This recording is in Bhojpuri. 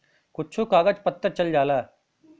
कुच्छो कागज पत्तर चल जाला